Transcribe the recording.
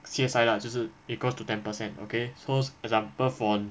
C_S_I lah 就是 equals to ten per cent okay so example for